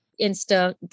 Insta